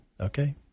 okay